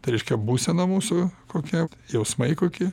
tai reiškia būsena mūsų kokia jausmai kokie